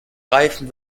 reifen